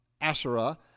Asherah